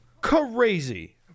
crazy